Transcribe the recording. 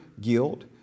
guilt